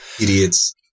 Idiots